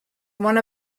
one